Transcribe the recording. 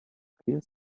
clear